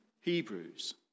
Hebrews